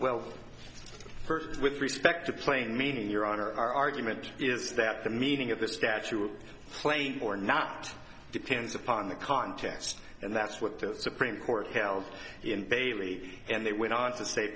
well with respect to plain meaning your honor our argument is that the meaning of the statue of plane or not depends upon the contest and that's what the supreme court held in bailey and they went on to sa